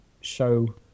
show